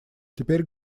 теперь